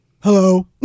hello